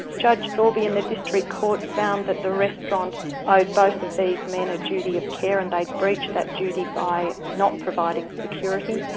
judge sorby in the district court found that the restaurant owed both of these men a duty of care and they'd breached that duty by not providing security,